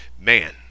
man